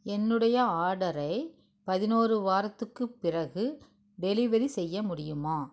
என்னுடைய ஆர்டரை பதினோரு வாரத்துக்குப் பிறகு டெலிவரி செய்ய முடியுமா